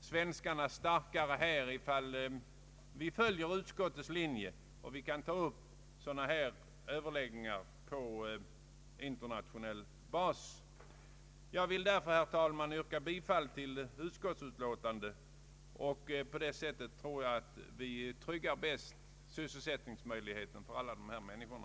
svenskarna står starkare om man följer utskottets linje, så att vårt land kan ta upp överläggningar på internationell bas. Jag vill därför, herr talman, yrka bifall till utskottsutlåtandet. Genom bifall till detta tror jag att vi bäst tryggar sysselsättningsmöjligheterna för alla de anställda vid varven.